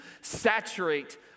saturate